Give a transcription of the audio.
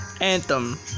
Anthem